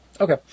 Okay